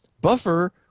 buffer